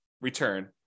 return